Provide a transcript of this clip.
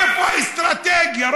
איפה האסטרטגיה?